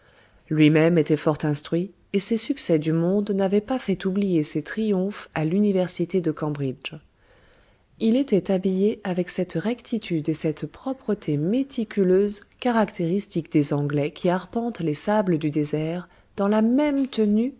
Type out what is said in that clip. lui-même était fort instruit et ses succès du monde n'avaient pas fait oublier ses triomphes à l'université de cambridge il était habillé avec cette rectitude et cette propreté méticuleuse caractéristique des anglais qui arpentent les sables du désert dans la même tenue